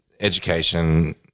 education